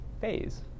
phase